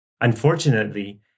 Unfortunately